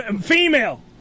Female